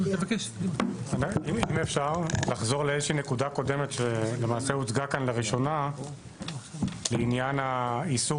אם אפשר לחזור לנקודה קודמת שלמעשה הוצגה כאן לראשונה לעניין איסור